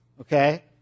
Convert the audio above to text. okay